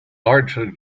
largely